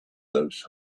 those